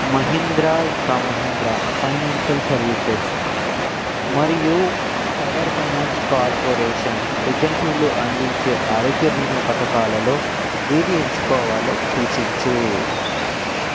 మహీంద్రా ఇంకా Mahindra financial services మరియు power finance corporation ఏజన్సీలు అందించే ఆరోగ్య బీమా పథకాలలో ఏది ఎంచుకోవాలో సూచించు